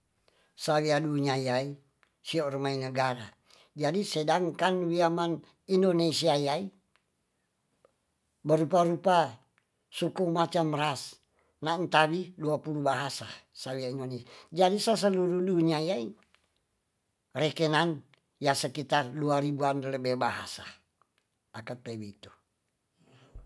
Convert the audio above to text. Saian unya yaai sio rumai nyagara jadi sedangkan wiaman indonesia yaai berponpa suku macam ras nantadi dua puluh bahasa saia inyonyi jadi so seluru dunia iyai rekenan ya sekitar dua ribuan lebe bahasa akat pewitu